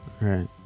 right